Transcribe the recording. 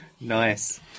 Nice